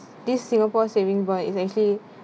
this singapore saving bond is actually